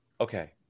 Okay